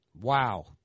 Wow